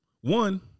One